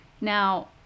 Now